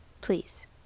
Please